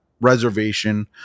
reservation